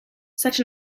such